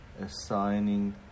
assigning